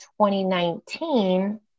2019